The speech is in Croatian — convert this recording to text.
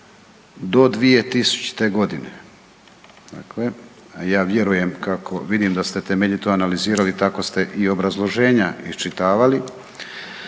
do 2000-e godine, dakle, a ja vjerujem kako vidim da ste temeljito analizirali tako ste i obrazloženja iščitavali,